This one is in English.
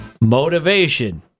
Motivation